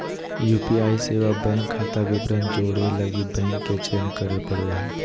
UPI सेवा bank खाता विवरण जोड़े लगी बैंक के चयन करे पड़ो हइ